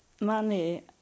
Money